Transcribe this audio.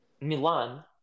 Milan